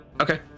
Okay